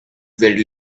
very